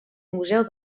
museu